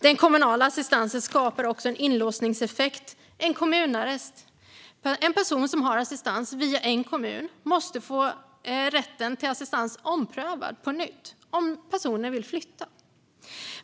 Den kommunala assistansen skapar också en inlåsningseffekt, en kommunarrest. En person som har assistans via en kommun måste få rätten till assistans prövad på nytt om personen vill flytta.